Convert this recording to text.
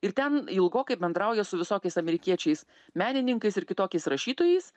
ir ten ilgokai bendrauja su visokiais amerikiečiais menininkais ir kitokiais rašytojais